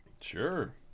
sure